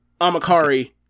Amakari